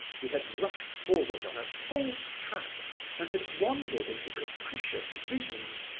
he had rushed forward on a false track and had wandered into capricious visions,